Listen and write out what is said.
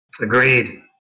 Agreed